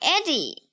Eddie